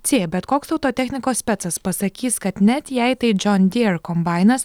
c bet koks autotechnikos specas pasakys kad net jei tai džon dier kombainas